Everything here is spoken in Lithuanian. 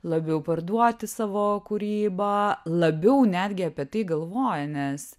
labiau parduoti savo kūrybą labiau netgi apie tai galvoja nes